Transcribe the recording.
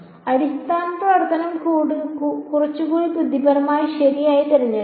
അടിസ്ഥാന പ്രവർത്തനം കുറച്ചുകൂടി ബുദ്ധിപരമായി ശരിയായി തിരഞ്ഞെടുക്കാം